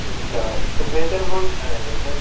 اچھا تو بہتر کون سا رہے گا سر